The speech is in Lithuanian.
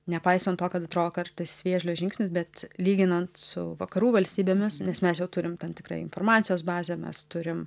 nepaisant to kad atrodo kartais vėžlio žingsnis bet lyginant su vakarų valstybėmis nes mes jau turim tam tikrą informacijos bazę mes turim